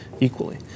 equally